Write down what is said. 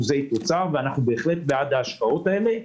תוצר ואנחנו בהחלט בעד ההשקעות הללו.